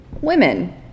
women